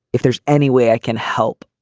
if there's any way i can help